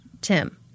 Tim